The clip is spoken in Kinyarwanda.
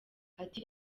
ati